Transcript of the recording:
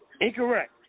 Incorrect